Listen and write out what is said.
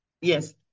Yes